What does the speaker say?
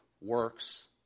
works